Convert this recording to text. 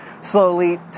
slowly